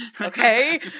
okay